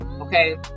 Okay